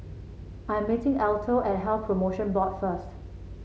I am meeting Alto at Health Promotion Board first